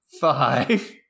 Five